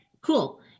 Cool